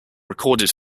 recorded